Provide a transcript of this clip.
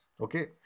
okay